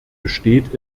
besteht